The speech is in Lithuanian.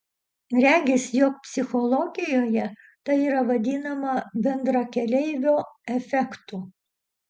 regis jog psichologijoje tai yra vadinama bendrakeleivio efektu